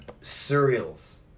cereals